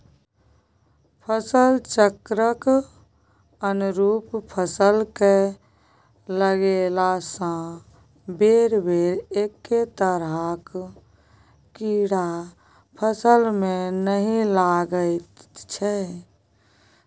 फसल चक्रक अनुरूप फसल कए लगेलासँ बेरबेर एक्के तरहक कीड़ा फसलमे नहि लागैत छै